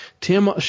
Tim